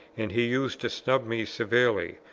and he used to snub me severely,